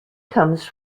comes